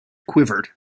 quivered